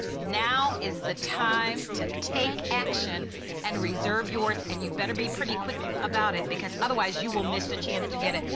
now is the time to take action and reserve yours and you had better be pretty quick about it because otherwise you will miss the chance to get it.